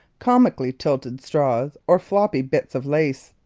comically tilted straws, or floppy bits of lace?